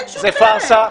זאת פארסה.